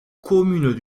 communes